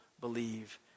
believe